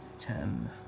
Ten